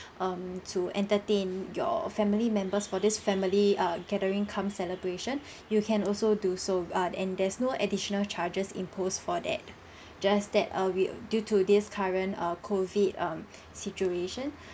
um to entertain your family members for this family err gathering cum celebration you can also do so uh and there's no additional charges imposed for that just that uh we due to this current err COVID um situation